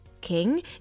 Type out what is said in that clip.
King